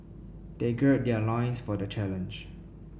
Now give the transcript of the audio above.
they gird their loins for the challenge